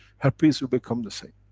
herpes will become the same.